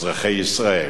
אזרחי ישראל,